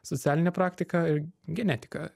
socialinė praktika ir genetika